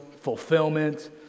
fulfillment